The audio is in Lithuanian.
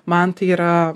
man tai yra